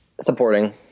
Supporting